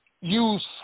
use